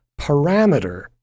parameter